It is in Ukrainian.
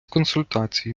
консультації